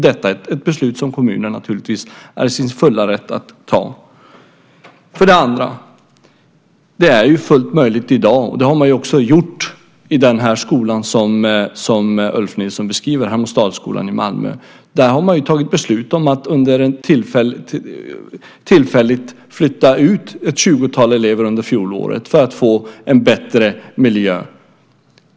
Det är ett beslut som kommunen är i sin fulla rätt att ta. I den skola som Ulf Nilsson beskriver, Hermodsdalsskolan i Malmö, tog man under fjolåret beslut om att tillfälligt flytta ut ett 20-tal elever för att få en bättre miljö.